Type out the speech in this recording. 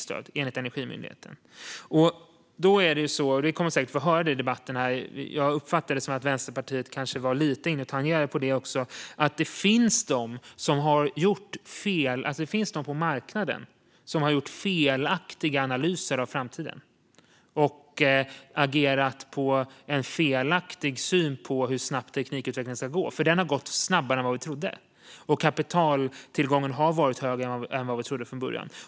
Jag uppfattar det så att Vänsterpartiet också tangerade att det finns de på marknaden som har gjort felaktiga analyser av framtiden och agerat på en felaktig syn på hur snabbt teknikutvecklingen ska gå. Den har gått snabbare än vad vi trodde, och kapitaltillgången har varit högre än vad vi trodde från början.